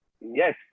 yes